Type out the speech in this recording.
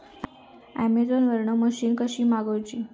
Amazon वरन machine कशी मागवची?